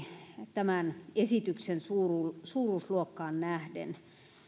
tämän esityksen suuruusluokkaan nähden